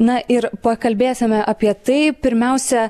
na ir pakalbėsime apie tai pirmiausia